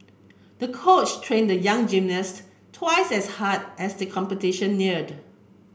the coach trained the young gymnast twice as hard as the competition neared